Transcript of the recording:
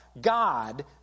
God